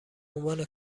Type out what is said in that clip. عنوان